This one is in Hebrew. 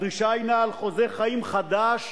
הדרישה הינה על חוזה חיים חדש